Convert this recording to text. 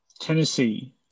Tennessee